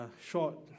short